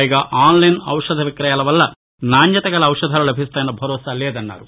పైగా ఆన్లైన్ ఔషధ విక్రయాల వలన నాణ్యతగల ఔషధాలు లభిస్తాయన్న భరోసా లేదన్నారు